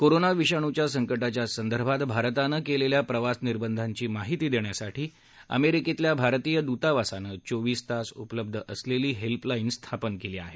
corona विषाणूच्या संकटाच्या संदर्भात भारतानं केलेल्या प्रवास निर्बंधांची माहिती देण्यासाठी अमेरिकेतल्या भारतीय दूतावासानं चोवीस तास उपलब्ध असलेली हेल्पलाईन स्थापन केली आहे